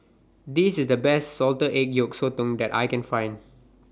This IS The Best Salted Egg Yolk Sotong that I Can Find